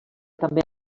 també